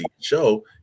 show